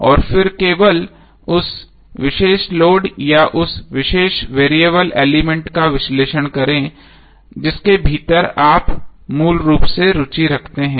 और फिर केवल उस विशेष लोड या उस विशेष वेरिएबल एलिमेंट का विश्लेषण करें जिसके भीतर आप मूल रूप से रुचि रखते हैं